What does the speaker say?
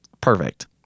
perfect